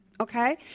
okay